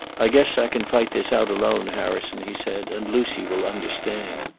i guess i can fight this out alone, harrison, he said. and lucy will understand.